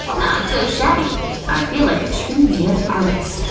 not so shabby i feel like a true nail artist.